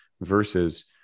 versus